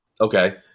okay